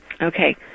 Okay